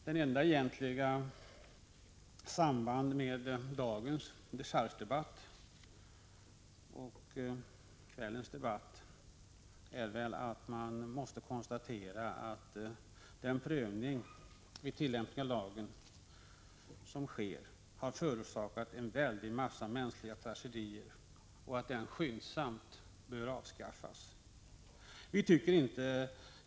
Det enda egentliga sambandet mellan dagens dechargedebatt och kvällens debatt är att man måste konstatera att den prövning vid tillämpning av lagen som sker har förorsakat många mänskliga tragedier och att den skyndsamt bör avskaffas.